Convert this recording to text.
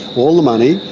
all the money,